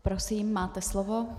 Prosím, máte slovo.